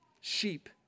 sheep